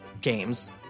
games